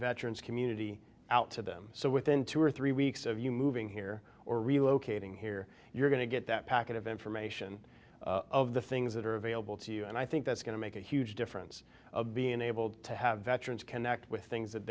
veterans community out to them so within two or three weeks of you moving here or relocating here you're going to get that packet of information of the things that are available to you and i think that's going to make a huge difference of being able to have veterans connect with things that